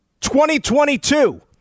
2022